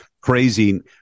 crazy